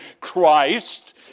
Christ